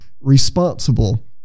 responsible